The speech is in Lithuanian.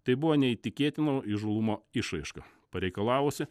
tai buvo neįtikėtino įžūlumo išraiška pareikalavusi